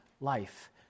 life